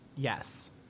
Yes